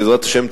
בעזרת השם,